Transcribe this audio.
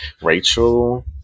Rachel